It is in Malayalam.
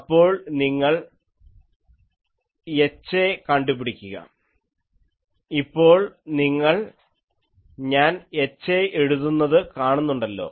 അപ്പോൾ നിങ്ങൾ HA കണ്ടു പിടിക്കുക ഇപ്പോൾ നിങ്ങൾ ഞാൻ HAഎഴുതുന്നത് കാണുന്നുണ്ടല്ലോ